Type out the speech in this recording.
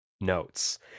notes